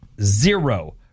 zero